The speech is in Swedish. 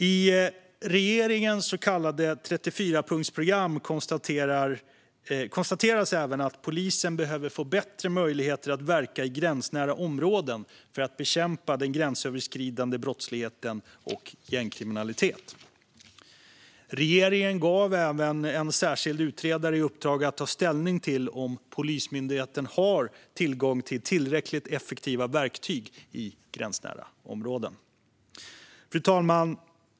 I regeringens så kallade 34-punktsprogram konstateras att "polisen behöver få bättre möjligheter att verka i gränsnära områden för att bekämpa den gränsöverskridande brottsligheten och gängkriminalitet". Regeringen gav även en särskild utredare i uppdrag att ta ställning till om Polismyndigheten har tillgång till tillräckligt effektiva verktyg i gränsnära områden. Fru talman!